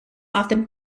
often